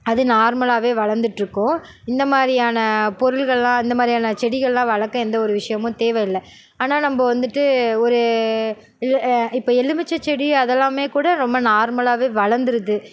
அது நார்மலாகவே வளர்ந்துட்ருக்கும் இந்தமாதிரியான பொருள்கள்லாம் இந்த மாதிரியான செடிகள்லாம் வளர்க்க எந்த ஒரு விஷயமும் தேவயில்லை ஆனால் நம்ம வந்துட்டு ஒரு இப்போ எலுமிச்சை செடி அதெல்லாமே கூட ரொம்ப நார்மலாகவே வளர்ந்துருது